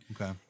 Okay